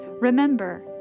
Remember